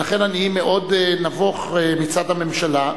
ולכן אני מאוד נבוך מצד הממשלה,